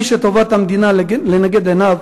מי שטובת המדינה לנגד עיניו